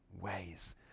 ways